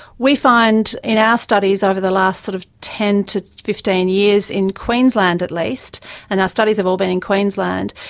we find in our studies over the last sort of ten to fifteen years in queensland at least and our studies have all been in queensland,